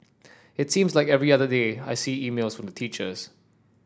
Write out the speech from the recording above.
it seems like every other day I see emails from the teachers